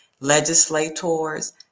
legislators